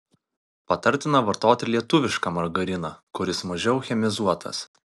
patartina vartoti lietuvišką margariną kuris mažiau chemizuotas